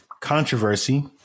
controversy